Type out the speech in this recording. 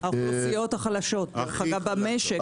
האוכלוסיות החלשות במשק.